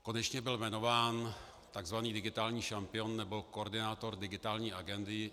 Konečně byl jmenován tzv. digitální šampion nebo koordinátor digitální agendy.